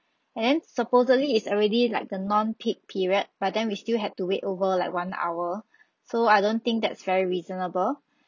and then supposedly it's already like the non peak period but then we still had to wait over like one hour so I don't think that's very reasonable